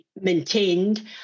maintained